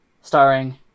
starring